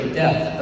death